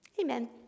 Amen